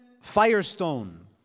Firestone